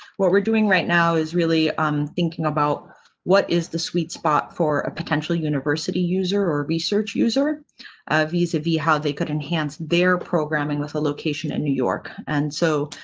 what we're doing right now is really um thinking about what is the sweet spot for a potential university user or research user visa v how they could enhance their programming with a location in new york and so,